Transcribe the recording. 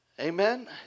Amen